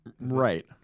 right